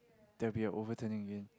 there will be a overturning again